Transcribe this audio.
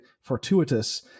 fortuitous